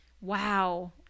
Wow